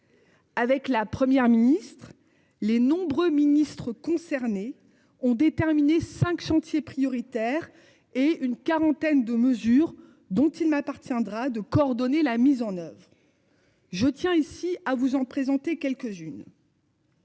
Avec la Première ministre les nombreux ministres concernés ont déterminé 5 chantiers prioritaires et une quarantaine de mesures dont il m'appartiendra de coordonner la mise en oeuvre.-- Je tiens ici à vous en présenter quelques-unes.